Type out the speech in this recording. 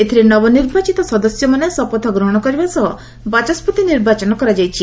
ଏଥିରେ ନବନିର୍ବାଚିତ ସଦସ୍ୟମାନେ ଶପଥ ଗ୍ରହଣ କରିବା ସହ ବାଚସ୍କତି ନିର୍ବାଚନ କରାଯାଇଛି